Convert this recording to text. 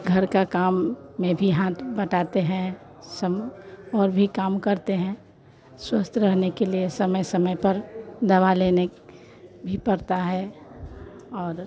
घर का काम में भी हाथ बटाते हैं सब और भी काम करते हैं स्वस्थ रहने के लिए समय समय पर दवा लेने भी पड़ता है और